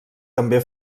també